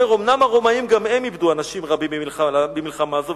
אומר: "אומנם הרומאים גם הם איבדו אנשים רבים במלחמה זו,